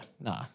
Nah